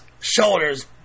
shoulders